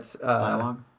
Dialogue